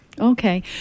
Okay